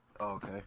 Okay